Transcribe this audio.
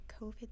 COVID